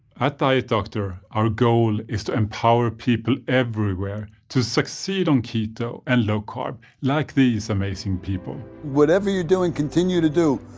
at diet doctor, our goal is to empower people everywhere to succeed on keto and low-carb like these amazing people. whatever you're doing continue to do.